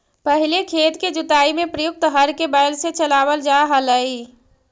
पहिले खेत के जुताई में प्रयुक्त हर के बैल से चलावल जा हलइ